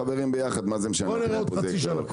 בוא נראה עוד חצי שנה.